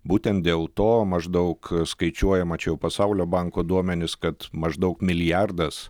būten dėl to maždaug skaičiuojama čia jau pasaulio banko duomenys kad maždaug milijardas